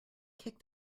kick